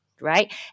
right